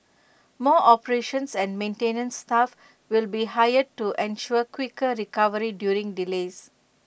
more operations and maintenance staff will be hired to ensure quicker recovery during delays